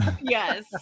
yes